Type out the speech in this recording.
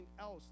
else